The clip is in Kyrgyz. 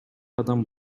адам